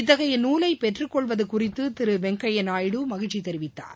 இத்தகைய நூலை பெற்றுக்கொள்வது குறித்து திரு நாயுடு மகிழ்ச்சி தெரிவித்தார்